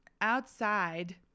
outside